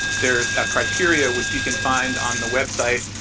there's a criteria which you can find on the website,